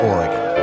Oregon